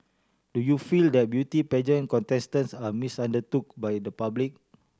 do you feel that beauty pageant contestants are misunderstood by the public